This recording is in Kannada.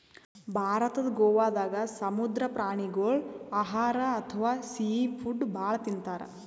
ಭಾರತದ್ ಗೋವಾದಾಗ್ ಸಮುದ್ರ ಪ್ರಾಣಿಗೋಳ್ ಆಹಾರ್ ಅಥವಾ ಸೀ ಫುಡ್ ಭಾಳ್ ತಿಂತಾರ್